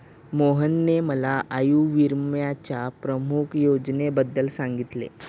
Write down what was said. मोहनने मला आयुर्विम्याच्या प्रमुख योजनेबद्दल सांगितले